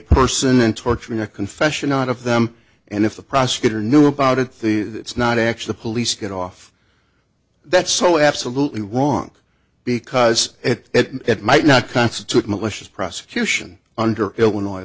person and torturing a confession out of them and if the prosecutor knew about it that's not actually police get off that's so absolutely wrong because it might not constitute malicious prosecution under illinois